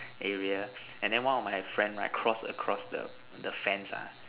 area and then one of my friend right cross across the the fence ah